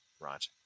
right